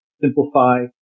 simplify